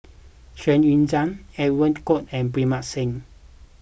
Xu Yuan Zhen Edwin Koo and Pritam Singh